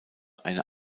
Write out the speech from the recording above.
eine